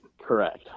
Correct